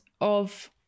of-